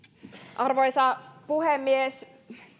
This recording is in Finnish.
arvoisa puhemies